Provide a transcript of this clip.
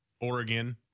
Oregon